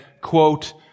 quote